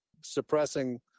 suppressing